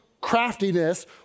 craftiness